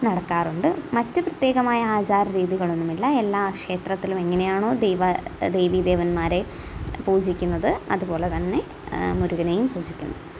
നടക്കാറുണ്ട് മറ്റ് പ്രത്യേകമായ ആചാര രീതികളൊന്നുമില്ല എല്ലാ ക്ഷേത്രത്തിലും എങ്ങനെയാണോ ദൈവ ദേവി ദേവന്മാരെ പൂജിക്കുന്നത് അതുപോലെ തന്നെ മുരുകനെയും പൂജിക്കുന്നു